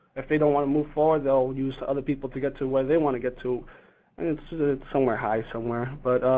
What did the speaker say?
if they don't wanna move forward, they'll use other people to get to where they wanna get to and it's ah somewhere high somewhere but,